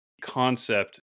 concept